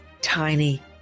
tiny